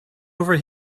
over